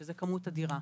שזו כמות אדירה.